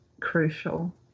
crucial